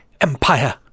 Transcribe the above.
Empire